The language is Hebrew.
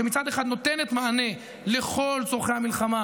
שמצד אחד נותנת מענה לכל צורכי המלחמה